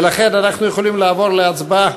ולכן אנחנו יכולים לעבור להצבעה.